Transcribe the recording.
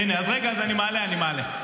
הינה, אז רגע, אני מעלה, אני מעלה.